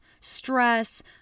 stress